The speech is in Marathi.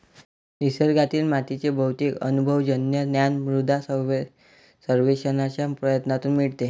निसर्गातील मातीचे बहुतेक अनुभवजन्य ज्ञान मृदा सर्वेक्षणाच्या प्रयत्नांतून मिळते